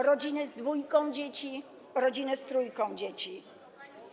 Rodziny z dwójką dzieci, rodziny z trójką dzieci.